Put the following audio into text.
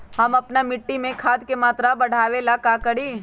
हम अपना मिट्टी में खाद के मात्रा बढ़ा वे ला का करी?